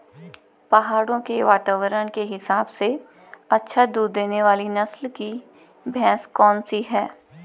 पहाड़ों के वातावरण के हिसाब से अच्छा दूध देने वाली नस्ल की भैंस कौन सी हैं?